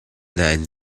nain